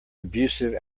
abusive